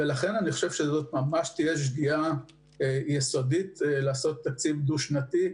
אני חושב שזו תהיה שגיאה יסודית לעצב תקציב דו-שנתי.